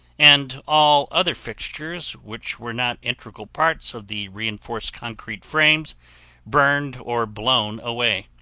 and all other fixtures which were not integral parts of the reinforced concrete frames burned or blown away